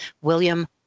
William